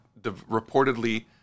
reportedly